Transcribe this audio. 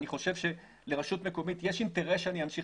אני חושב שלרשות מקומית יש אינטרס שאני אמשיך